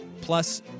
plus